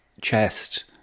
chest